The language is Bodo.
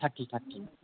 thirty thirty